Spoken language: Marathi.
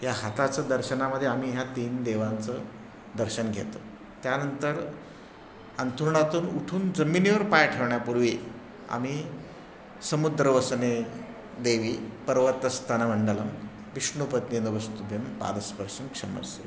या हाताचं दर्शनामध्ये आम्ही ह्या तीन देवांचं दर्शन घेतो त्यानंतर अंथरुणातून उठून जमिनीवर पाय ठेवण्यापूर्वी आम्ही समुद्र वसने देवी पर्वत स्तनमंडलम विष्णु पत्नी नमस्तुभ्यं पाद स्पर्शं क्षमश्वमेव